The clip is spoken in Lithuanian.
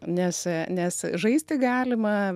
nes nes žaisti galima